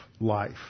life